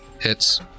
Hits